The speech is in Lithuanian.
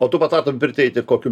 o tu patartum į pirtį eiti kokiu